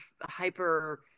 hyper